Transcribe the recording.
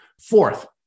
Fourth